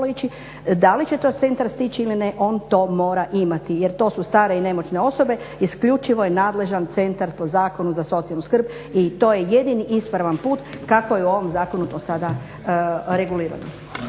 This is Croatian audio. Da li će to centar stići ili ne on to mora imati. Jer to su stare i nemoćne osobe isključivo je nadležan centar po zakonu za socijalnu skrb. I to je jedini ispravan put kako je u ovom zakonu to sada regulirano.